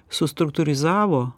su struktūrizavo